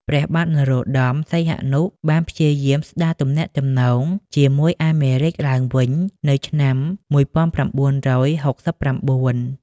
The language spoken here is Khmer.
ព្រះបាទនរោត្តម សីហនុ បានព្យាយាមស្តារទំនាក់ទំនងជាមួយអាមេរិកឡើងវិញនៅឆ្នាំ ១៩៦៩។